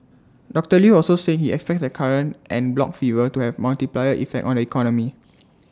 doctor Lew also said he expects the current en bloc fever to have multiplier effect on the economy